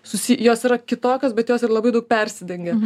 susi jos yra kitokios bet jos ir labai daug persidengia